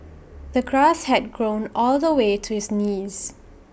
the grass had grown all the way to his knees